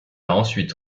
ensuite